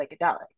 psychedelic